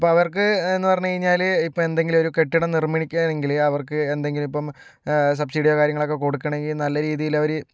അപ്പോൾ അവർക്ക് എന്ന് പറഞ്ഞു കഴിഞ്ഞാൽ ഇപ്പോൾ എന്തെങ്കിലും ഒരു കെട്ടിടം നിർമ്മിക്കണമെങ്കിൽ അവർക്ക് എന്തെങ്കിലും ഇപ്പം സബ്സിഡിയോ കാര്യങ്ങളൊക്കെ കൊടുക്കണമെങ്കിൽ നല്ല രീതിയിലവർ